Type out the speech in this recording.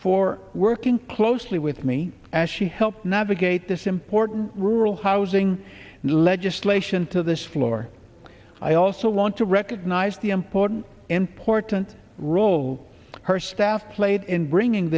for working closely with me as she helped navigate this important rural housing and legislation to this floor i also want to recognize the important important role her staff played in bringing